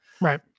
Right